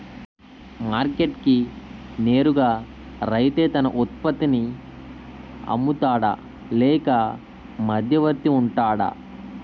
Market కి నేరుగా రైతే తన ఉత్పత్తి నీ అమ్ముతాడ లేక మధ్యవర్తి వుంటాడా?